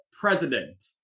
president